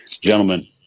Gentlemen